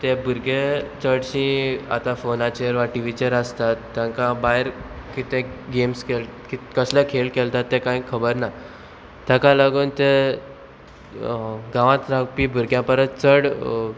ते भुरगे चडशी आतां फोनाचेर वा टीव्हीचेर आसतात तांकां भायर कितें गेम्स खेळ कसले खेळ खेळटात ते कांय खबर ना ताका लागून ते गांवांत रावपी भुरग्यां परस चड